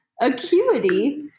acuity